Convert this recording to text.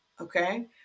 okay